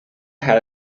had